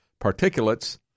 particulates